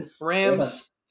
Rams